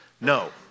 No